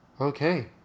okay